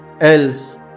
Else